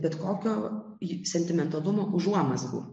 bet kokio sentimentalumo užuomazgų